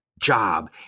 job